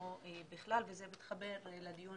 עצמו וזה מתחבר לדיון